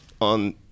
on